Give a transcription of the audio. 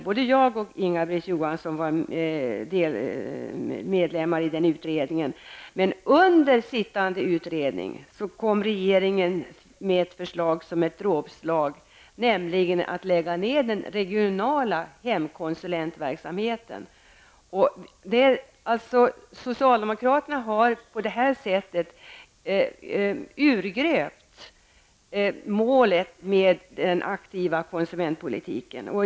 Både jag och Under sittande utredning kom dock regeringen med ett förslag, som blev ett dråpslag. Den regionala hemkonsulentverksamheten skulle läggas ned. Socialdemokraterna har på det sättet urgröpt målet vad gäller den aktiva konsumentpolitiken.